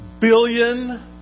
billion